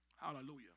Hallelujah